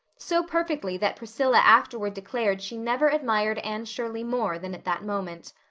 so perfectly that priscilla afterward declared she never admired anne shirley more than at that moment.